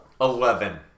Eleven